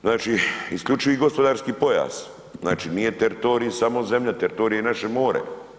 Znači, isključivi gospodarski pojas, znači, nije teritorij samo zemlja, teritorij je i naše more.